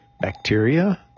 bacteria